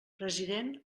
president